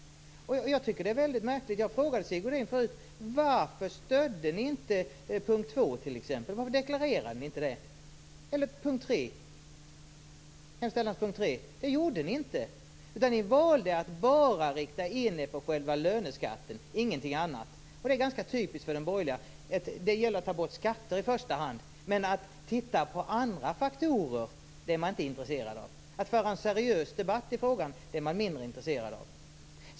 Jag tycker att det är väldigt märkligt. Jag frågade Sigge Godin förut: Varför stödde ni inte t.ex. punkt 2? Varför deklarerade ni inte det? Varför stödde ni inte hemställanspunkt tre? Det gjorde ni inte. Ni valde att bara rikta in er på själva löneskatten, ingenting annat. Det är ganska typiskt för de borgerliga. Det gäller att ta bort skatter i första hand. Men att titta på andra faktorer är man inte intresserad av. Att föra en seriös debatt i frågan är man mindre intresserad av.